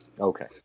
Okay